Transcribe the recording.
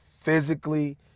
physically